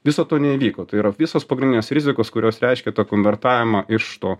viso to neįvyko tai yra visos pagrindinės rizikos kurios reiškia tą konvertavimą iš to